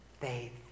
Faith